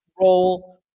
role